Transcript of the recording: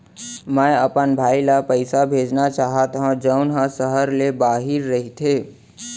मै अपन भाई ला पइसा भेजना चाहत हव जऊन हा सहर ले बाहिर रहीथे